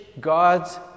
God's